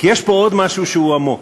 כי יש פה עוד משהו שהוא עמוק.